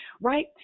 right